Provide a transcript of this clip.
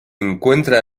encuentra